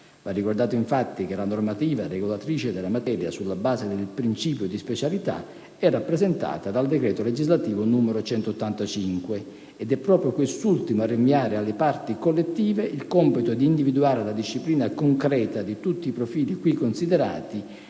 Va ricordato, infatti, che la normativa regolatrice della materia sulla base del principio di specialità è rappresentata dal decreto legislativo n. 185 ed è proprio quest'ultima a rinviare alle parti collettive il compito di individuare la disciplina concreta di tutti i profili qui considerati,